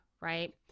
Right